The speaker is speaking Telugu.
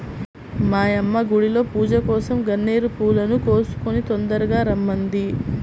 మా యమ్మ గుడిలో పూజకోసరం గన్నేరు పూలను కోసుకొని తొందరగా రమ్మంది